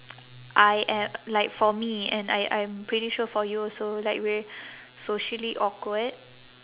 I uh like for me and I I'm pretty sure for you also like we're socially awkward